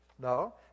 No